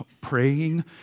praying